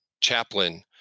chaplain